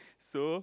so